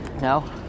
no